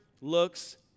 looks